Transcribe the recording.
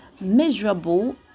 miserable